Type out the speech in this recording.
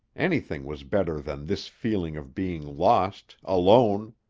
anything was better than this feeling of being lost, alone.